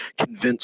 convince